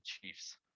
chiefs